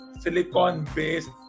silicon-based